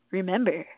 Remember